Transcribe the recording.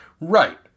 Right